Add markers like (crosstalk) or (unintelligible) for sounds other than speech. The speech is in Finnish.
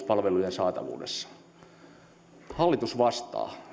(unintelligible) palvelujen saatavuudessa hallitus vastaa